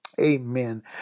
amen